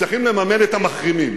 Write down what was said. צריכים לממן את המחרימים.